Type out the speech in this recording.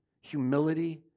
humility